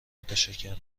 متشکرم